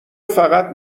فقط